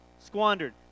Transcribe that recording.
squandered